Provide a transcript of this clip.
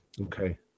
Okay